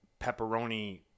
pepperoni